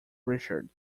richard